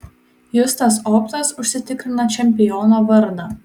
justas optas užsitikrino čempiono vardą